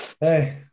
hey